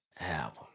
album